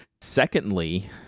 secondly